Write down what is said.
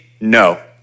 no